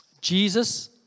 Jesus